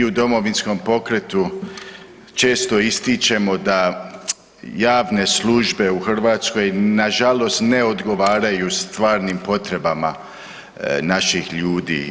Mi u Domovinskom pokretu često ističemo da javne službe u Hrvatskoj na žalost ne odgovaraju stvarnim potrebama naših ljudi.